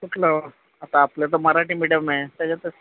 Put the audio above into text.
कुठलं आता आपलं तर मराठी मिडियम आहे त्याच्यातच